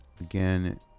again